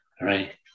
Right